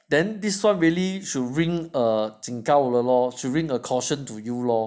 then this one really should ring a 警告的咯 should ring a caution to you lor